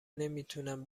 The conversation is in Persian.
نمیتونم